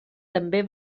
també